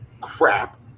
crap